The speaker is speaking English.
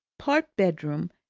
part bedroom,